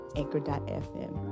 anchor.fm